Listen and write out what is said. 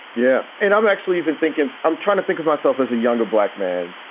yeah. and i'm actually even thinking i'm trying to think of myself as a younger black man.